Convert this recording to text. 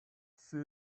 see